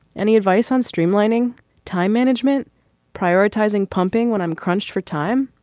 any advice on streamlining time management prioritizing pumping when i'm crunched for time